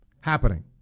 happening